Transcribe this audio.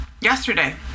yesterday